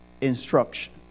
instruction